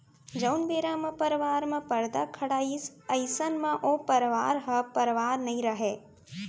जउन बेरा म परवार म परदा खड़ाइस अइसन म ओ परवार ह परवार नइ रहय